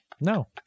No